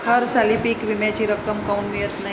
हरसाली पीक विम्याची रक्कम काऊन मियत नाई?